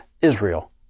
Israel